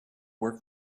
work